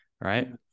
right